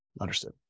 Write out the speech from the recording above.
understood